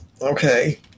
Okay